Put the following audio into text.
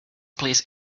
please